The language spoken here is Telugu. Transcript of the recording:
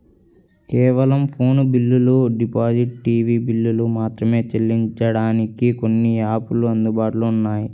కేవలం ఫోను బిల్లులు, డిజిటల్ టీవీ బిల్లులు మాత్రమే చెల్లించడానికి కొన్ని యాపులు అందుబాటులో ఉన్నాయి